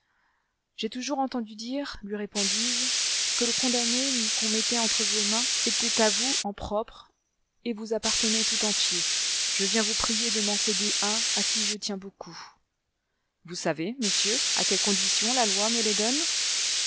j'ai toujours entendu dire lui répondis-je que le condamné qu'on mettait entre vos mains était à vous en propre et vous appartenait tout entier je viens vous prier de m'en céder un à qui je tiens beaucoup vous savez monsieur à quelles conditions la loi me les donne